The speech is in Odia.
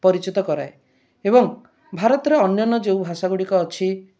ପରିଚିତ କରାଏ ଏବଂ ଭାରତର ଅନ୍ୟାନ୍ୟ ଯେଉଁ ଭାଷାଗୁଡ଼ିକ ଅଛି